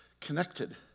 connected